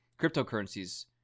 Cryptocurrencies